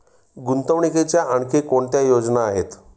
गुंतवणुकीच्या आणखी कोणत्या योजना आहेत?